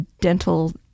dental